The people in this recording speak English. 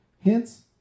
Hence